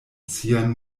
sian